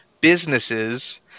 businesses